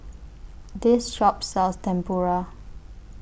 This Shop sells Tempura